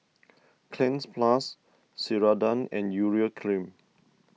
Cleanz Plus Ceradan and Urea Cream